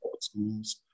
schools